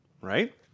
Right